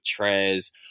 Trez